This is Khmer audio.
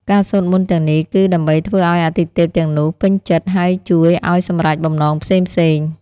ការសូត្រមន្តទាំងនេះ គឺដើម្បីធ្វើឱ្យអាទិទេពទាំងនោះពេញចិត្ត ហើយជួយឱ្យសម្រេចបំណងផ្សេងៗ។